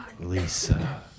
Lisa